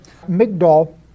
Migdal